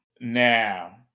now